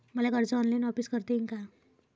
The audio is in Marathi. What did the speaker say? मले कर्ज ऑनलाईन वापिस करता येईन का?